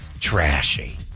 trashy